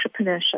entrepreneurship